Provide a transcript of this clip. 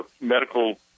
medical